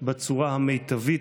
בצורה המיטבית,